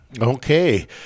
Okay